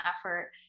effort